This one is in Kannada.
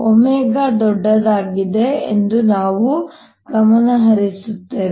ω ದೊಡ್ಡದಾಗಿದೆ ಎಂದು ನಾವು ಗಮನಹರಿಸುತ್ತೇವೆ